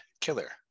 killer